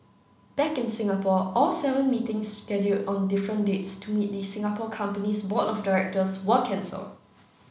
back in Singapore all seven meetings scheduled on different dates to meet the Singapore company's board of directors were cancelled